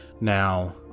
Now